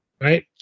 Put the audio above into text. right